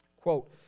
Quote